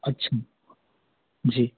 अच्छा जी